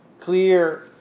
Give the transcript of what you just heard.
clear